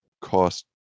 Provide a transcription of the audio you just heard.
cost